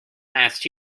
last